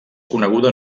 coneguda